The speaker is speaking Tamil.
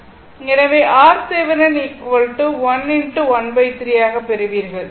எனவே RThevenin 1x ⅓ ஆக பெறுவீர்கள்